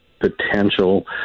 potential